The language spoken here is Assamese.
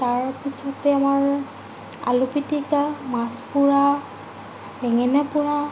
তাৰপিছতে আমাৰ আলু পিটিকা মাছ পোৰা বেঙেনা পোৰা